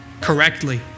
correctly